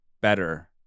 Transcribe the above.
better